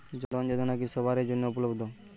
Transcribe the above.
জন ধন যোজনা কি সবায়ের জন্য উপলব্ধ?